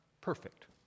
perfect